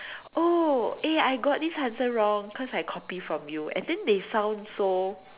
oh eh I got this answer wrong cause I copy from you and then they sound so